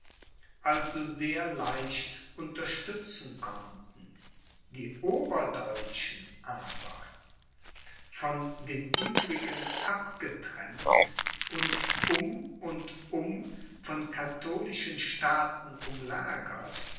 also sehr leicht unterstützen konnten die oberdeutschen aber von den übrigen abgetrennt und um und um von katholischen staaten umlagert